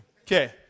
Okay